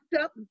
up